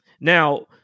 Now